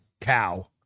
cow